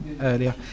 earlier